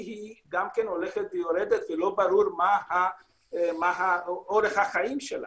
גם היא הולכת ויורדת ולא ברור מה אורך החיים שלה.